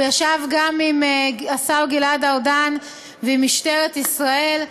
הוא ישב גם עם השר גלעד ארדן ועם משטרת ישראל,